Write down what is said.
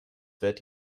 wärt